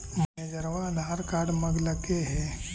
मैनेजरवा आधार कार्ड मगलके हे?